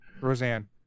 Roseanne